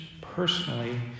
personally